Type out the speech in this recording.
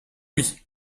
lui